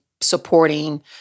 supporting